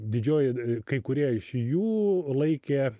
didžioji kai kurie iš jų laikė